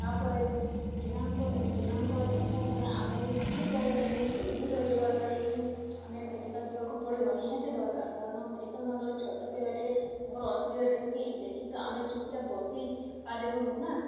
ତା'ପରେ ପିଲାଙ୍କୁ ପିଲାଙ୍କର ଦେହ ଖରାପ ହେଲେ ଆମେ ସେହି ପଇସାରେ ହିଁ ସେହି ରୋଜଗାରରେ ହିଁ ଆମେ ମେଡ଼ିକାଲ ଯିବାକୁ ପଡ଼ିବ ନିହାତି ଦରକାର କାରଣ ମେଡ଼ିକାଲ ନଗଲେ ଛୋଟ ପିଲାଟି ତାଙ୍କର ଅସୁବିଧା ଦେଖିକି ଦେଖି ତ ଆମେ ଚୁପ୍ ଚାପ୍ ବସିପାରିବୁନୁ ନା